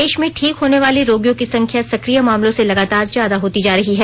देश में ठीक होने वाले रोगियों की संख्याा सक्रिय मामलों से लगातार ज्यादा होती जा रही है